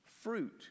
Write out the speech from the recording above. fruit